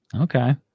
Okay